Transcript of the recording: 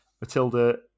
Matilda